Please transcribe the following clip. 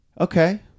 Okay